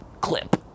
clip